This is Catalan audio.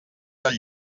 del